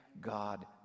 God